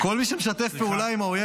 כל מי שמשתף פעולה עם האויב,